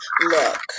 Look